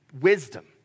Wisdom